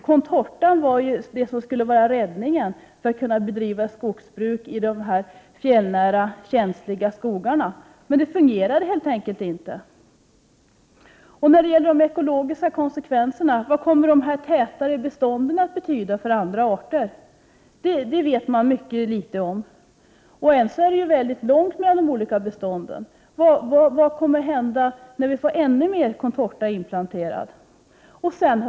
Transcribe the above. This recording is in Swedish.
Contortan skulle ju bli räddningen så att man skulle kunna bedriva skogsbruk även i de fjällnära känsliga skogarna. Men det fungerade helt enkelt inte. Beträffande de ekologiska konsekvenserna vill jag fråga: Vad kommer de täta bestånden att betyda för andra arter? Det vet man mycket litet om. Än så länge är det väldigt långt mellan de olika bestånden. Men vad kommer att hända när vi får ännu mera contortatall utplanterad?